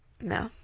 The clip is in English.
No